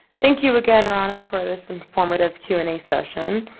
thank you, again, rana, for this informative q and a session.